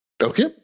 Okay